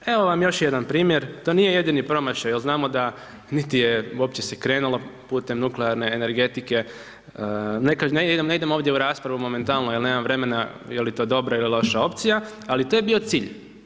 Evo vam još jedan primjer, to nije jedini promašaj jer znamo da niti se uopće se krenulo putem nuklearne energetike, ne idem ovdje u raspravu momentalno jer nemam vremena je li to dobra ili loša opcija, ali to je bio cilj.